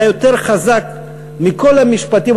היה יותר חזק מכל המשפטים,